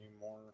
more